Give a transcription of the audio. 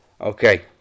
Okay